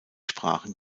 sprachen